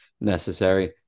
necessary